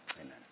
Amen